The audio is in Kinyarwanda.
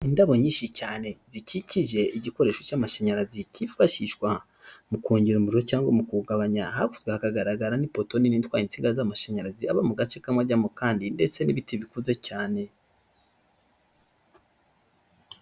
Indabo nyinshi cyane zikikije igikoresho cy'amashanyarazi kifashishwa mu kongera umuriro cyangwa mu kuwugabanya, hakurya hakagaragara n'ipoto nini itwaye insinga z'amashanyarazi, ava mu gace k'amwe ajya mu kandi ndetse n'ibiti bikuze cyane.